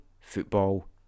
football